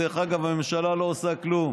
הממשלה לא עושה כלום,